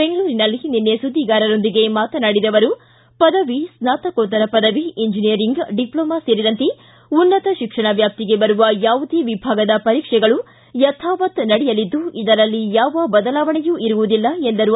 ಬೆಂಗಳೂರಿನಲ್ಲಿ ನಿನ್ನೆ ಸುದ್ದಿಗಾರರೊಂದಿಗೆ ಮಾತನಾಡಿದ ಅವರು ಪದವಿ ಸ್ನಾತಕೋತ್ತರ ಪದವಿ ಎಂಜಿನಿಯರಿಂಗ್ ಡಿಮ್ಲೋಮಾ ಸೇರಿದಂತೆ ಉನ್ನತ ಶಿಕ್ಷಣ ವ್ಯಾಪ್ತಿಗೆ ಬರುವ ಯಾವುದೇ ವಿಭಾಗದ ಪರೀಕ್ಷೆಗಳು ಯಥಾವತ್ ನಡೆಯಲಿದ್ದು ಇದರಲ್ಲಿ ಯಾವ ಬದಲಾವಣೆಯೂ ಇರುವುದಿಲ್ಲ ಎಂದರು